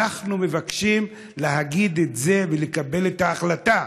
אנחנו מבקשים להגיד את זה ולקבל את ההחלטה.